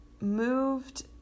moved